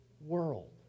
world